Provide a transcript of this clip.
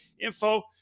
info